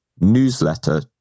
newsletter